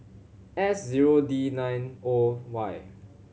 S zero D nine O Y